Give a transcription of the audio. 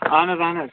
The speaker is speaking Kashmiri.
اَہن حظ اَہن حظ